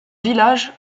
village